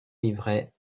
livret